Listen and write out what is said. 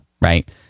right